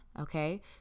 Okay